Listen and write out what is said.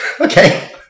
Okay